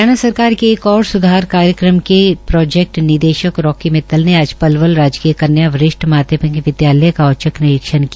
हरियाणा सरकार के एक और स्धार कार्यक्रम के प्रोजेक्ट निदेशक राकी मित्तल ने आज पलवल राजकीय कन्या वरिष्ठ माध्यमिक विदयालय का औचक निरीक्षण किया